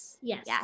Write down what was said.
Yes